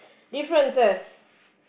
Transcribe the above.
differences